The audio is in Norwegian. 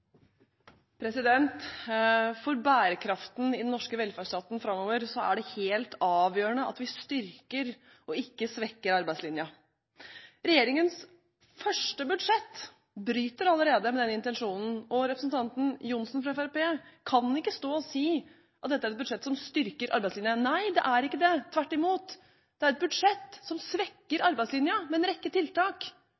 det helt avgjørende at vi styrker og ikke svekker arbeidslinjen. Regjeringens første budsjett bryter allerede med den intensjonen. Representanten Johnsen fra Fremskrittspartiet kan ikke stå og si at dette er et budsjett som styrker arbeidslinjen. Nei, det er ikke det – tvert imot. Det er et budsjett som svekker